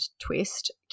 twist